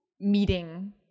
meeting